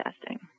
testing